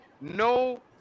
no